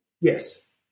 Yes